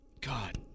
God